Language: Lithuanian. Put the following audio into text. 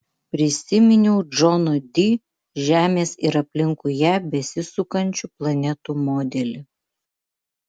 prisiminiau džono di žemės ir aplinkui ją besisukančių planetų modelį